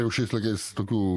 jau šiais laikais tokių